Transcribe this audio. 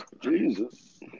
Jesus